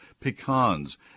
pecans